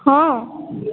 ହଁ